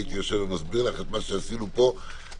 הייתי יושב ומסביר לך את מה שעשינו פה במשך